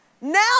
Now